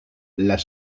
las